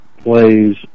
plays